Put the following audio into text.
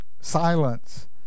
silence